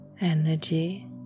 energy